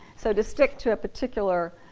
so to stick to a particular